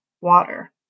water